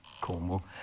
Cornwall